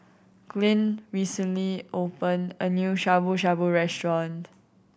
Glynn recently opened a new Shabu Shabu Restaurant